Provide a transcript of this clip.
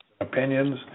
opinions